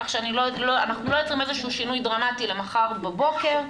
ככה שאנחנו לא יוצרים איזה שינוי דרמטי למחר בבוקר.